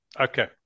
Okay